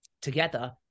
together